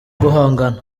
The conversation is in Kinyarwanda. guhangana